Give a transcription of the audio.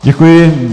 Děkuji.